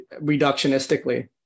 reductionistically